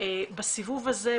בסיבוב הזה,